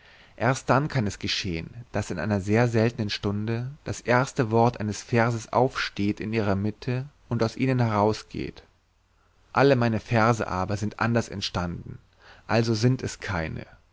erst dann kann es geschehen daß in einer sehr seltenen stunde das erste wort eines verses aufsteht in ihrer mitte und aus ihnen ausgeht alle meine verse aber sind anders entstanden also sind es keine